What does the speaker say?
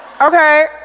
Okay